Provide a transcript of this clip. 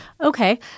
Okay